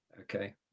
Okay